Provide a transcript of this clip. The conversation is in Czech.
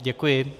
Děkuji.